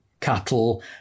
cattle